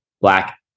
black